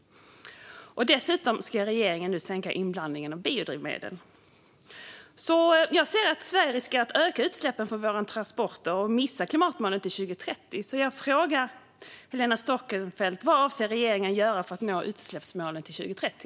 Dessutom ska regeringen nu sänka inblandningen av biodrivmedel. Jag ser därför att Sverige riskerar att öka utsläppen från våra transporter och missa klimatmålen till 2030, så jag frågar Helena Storckenfeldt: Vad avser regeringen att göra för att nå utsläppsmålen till 2030?